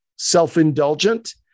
self-indulgent